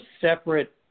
separate